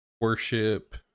worship